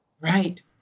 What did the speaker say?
Right